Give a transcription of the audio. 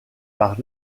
par